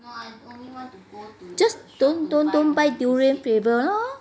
just don't don't don't buy durian flavour lor